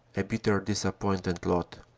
a bitter disappointed lot.